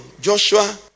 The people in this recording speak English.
Joshua